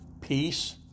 peace